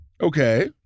Okay